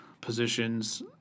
positions